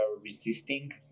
resisting